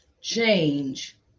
change